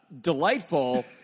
Delightful